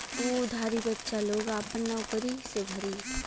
उ उधारी बच्चा लोग आपन नउकरी से भरी